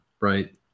right